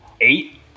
eight